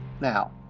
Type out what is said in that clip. Now